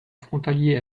frontalier